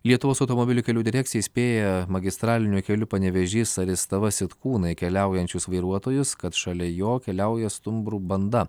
lietuvos automobilių kelių direkcija įspėja magistraliniu keliu panevėžys aristava sitkūnai keliaujančius vairuotojus kad šalia jo keliauja stumbrų banda